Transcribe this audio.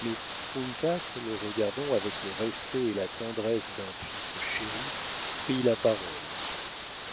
mais ink le regardant avec le respect et la tendresse d'un fils chéri prit la parole